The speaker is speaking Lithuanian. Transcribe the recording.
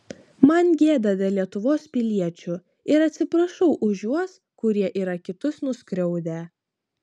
man gėda dėl lietuvos piliečių ir atsiprašau už juos kurie yra kitus nuskriaudę